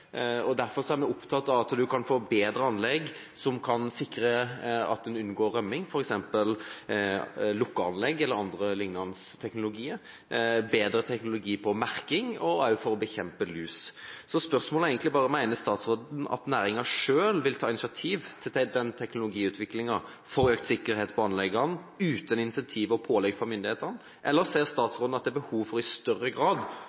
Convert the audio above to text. Derfor er vi opptatt av at man kan få bedre anlegg som kan sikre at man unngår rømming, f.eks. lukkeanlegg eller annen liknende teknologi, bedre teknologi for merking og for å bekjempe lus. Spørsmålet er egentlig bare: Mener statsråden at næringen selv vil ta initiativ til teknologiutvikling for økt sikkerhet på anleggene uten incentiv og pålegg fra myndighetene, eller ser statsråden at det er behov for i større grad